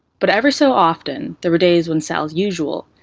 but every so often, there were days when sal's usual,